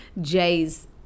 Jay's